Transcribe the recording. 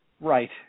Right